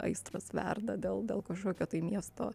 aistros verda dėl dėl kažkokio tai miesto